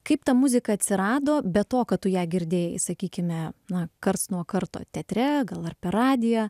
kaip ta muzika atsirado be to kad tu ją girdėjai sakykime na karts nuo karto teatre gal ar per radiją